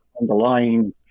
underlying